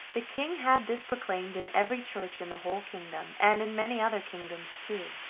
the king had this proclaimed in every church in the whole kingdom, and in many other kingdoms too.